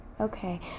Okay